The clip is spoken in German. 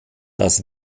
das